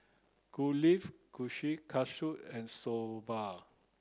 Kulfi Kushikatsu and Soba